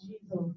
Jesus